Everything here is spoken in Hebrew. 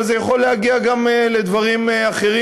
אבל זה יכול להגיע גם לדברים אחרים,